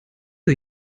sie